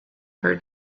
her